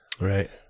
Right